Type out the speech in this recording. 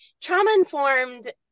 trauma-informed